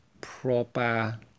proper